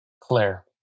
Claire